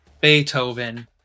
Beethoven